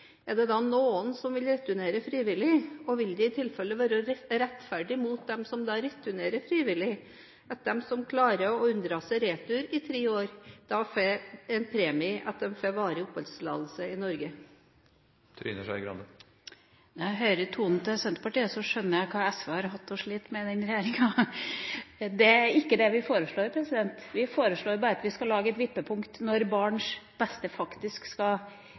Er det da noen som vil returnere frivillig, og vil det i tilfelle være rettferdig mot dem som returnerer frivillig, at de som klarer å unndra seg retur i tre år, i premie får varig oppholdstillatelse i Norge? Når jeg hører tonen til Senterpartiet, skjønner jeg hva SV har hatt å slite med i denne regjeringa. Det er ikke det vi foreslår. Vi foreslår bare at vi skal lage et vippepunkt for når barns beste faktisk skal